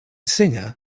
singer